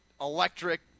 electric